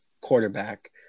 quarterback